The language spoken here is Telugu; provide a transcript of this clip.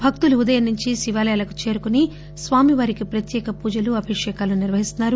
భక్తులు ఉదయం నుంచి శివాలయాలకు చేరుకుని స్వామివారికి ప్రత్యేక పూజలు అభిషేకాలు నిర్వహిస్తున్నారు